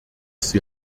sie